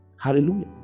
Hallelujah